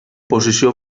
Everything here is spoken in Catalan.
posició